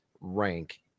rank